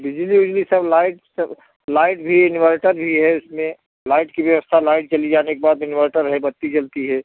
बिजली उजली सब लाइट सब लाइट भी इनवर्टर भी है उसमें लाइट की व्यवस्था लाइट चली जाने के बाद इनवर्टर है बत्ती जलती है